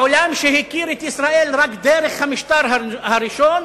העולם שהכיר את ישראל רק דרך המשטר הראשון